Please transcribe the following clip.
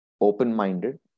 open-minded